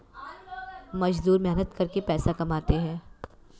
मजदूर मेहनत करके पैसा कमाते है